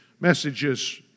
messages